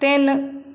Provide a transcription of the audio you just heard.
ਤਿੰਨ